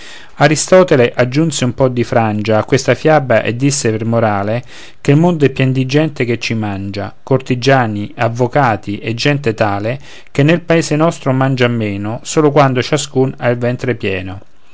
aristotele aggiunse un po di frangia a questa fiaba e disse per morale che il mondo è pien di gente che ci mangia cortigiani avvocati e gente tale che nel paese nostro mangian meno solo quando ciascuno ha il ventre pieno